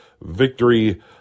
victory